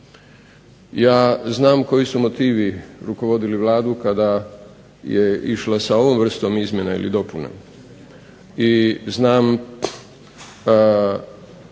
Ja znam koji su motivi rukovodili Vladu kada je išla sa ovom vrstom izmjena i dopuna. I znam